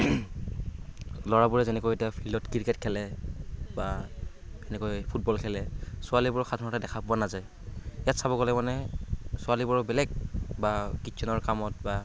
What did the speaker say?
ল'ৰাবোৰে যেনেকৈ এতিয়া ফিল্ডত ক্ৰিকেট খেলে বা তেনেকৈ ফুটবল খেলে ছোৱালীবোৰক সাধাৰণতে দেখা পোৱা নাযায় ইয়াত চাব গ'লে মানে ছোৱালীবোৰৰ বেলেগ বা কিট্চেনৰ কামত বা